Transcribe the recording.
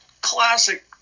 classic